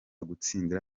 gutsindira